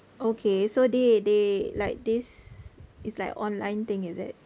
okay so they they like this is like online thing is it